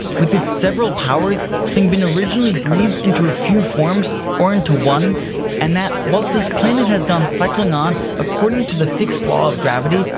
with its several powers, having been originally breathed into a few forms or into one and that, whilst this planet has gone cycling on according to the fixed law of gravity,